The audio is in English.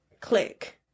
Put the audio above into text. click